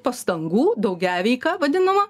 pastangų daugiaveika vadinama